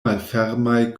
malfermaj